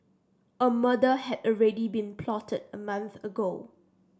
a murder had already been plotted a month ago